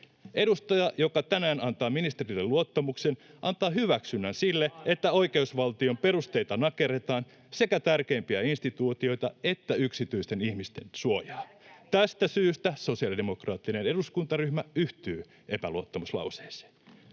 Edustaja, joka tänään antaa ministerille luottamuksen, [Perussuomalaisten ryhmästä: Maanantaina!] antaa hyväksynnän sille, että oikeusvaltion perusteita nakerretaan: sekä tärkeimpiä instituutioita että yksityisten ihmisten suojaa. [Eduskunnasta: Älkää viitsikö!] Tästä syystä sosiaalidemokraattinen eduskuntaryhmä yhtyy epäluottamuslauseeseen.